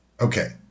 Okay